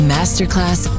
Masterclass